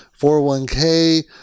401k